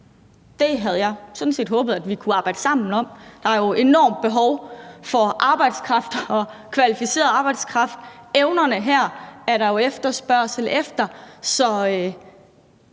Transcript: jeg sådan set håbet at vi kunne arbejde sammen om. Der er jo et enormt behov for arbejdskraft og kvalificeret arbejdskraft. Evnerne her er der jo efterspørgsel efter.